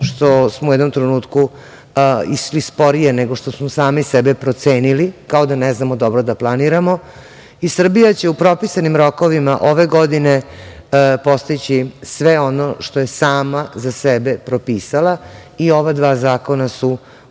što smo u jednom trenutku išli sporije nego što smo sami sebe procenili kao da ne znamo dobro da planiramo i Srbija će u propisanim rokovima ove godine postići sve ono što je sama za sebe propisala i ova dva zakona su uključena